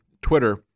Twitter